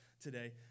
today